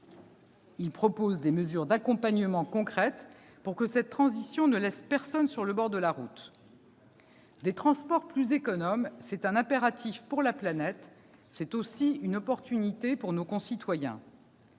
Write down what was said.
Il prévoit des mesures d'accompagnement concrètes afin que cette transition ne laisse personne sur le bord de la route. Des transports plus économes, c'est un impératif pour la planète, c'est aussi une opportunité pour nos concitoyens.